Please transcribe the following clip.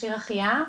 מכשיר החייאה.